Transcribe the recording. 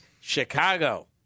Chicago